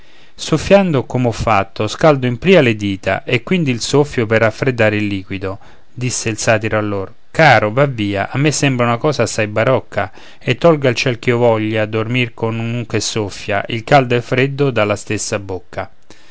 soffiando come ho fatto scaldo in pria le dita e quindi soffio per raffreddar il liquido disse il satiro allor caro va via a me sembra una cosa assai barocca e tolga il ciel ch'io voglia dormir con un che soffia il caldo e il freddo dalla stessa bocca